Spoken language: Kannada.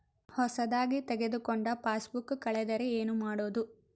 ಹೊಸದಾಗಿ ತೆಗೆದುಕೊಂಡ ಪಾಸ್ಬುಕ್ ಕಳೆದರೆ ಏನು ಮಾಡೋದು?